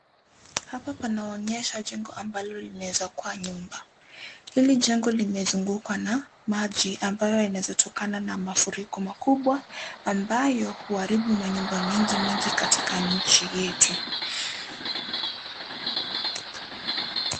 Hapa panaonyesha jengo ambalo linaweza kuwa nyumba. Hili jengo limezungukwa na maji ambayo inaweza tokana na mafuriko makubwa ambayo huharibu manyumba mingi mingi katika nchi yetu.